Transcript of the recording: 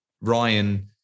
Ryan